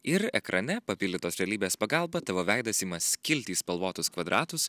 ir ekrane papildytos realybės pagalba tavo veidas ima skilti į spalvotus kvadratus